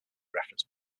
reference